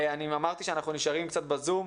אמרתי שאנחנו נשארים קצת בזום,